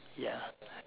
ya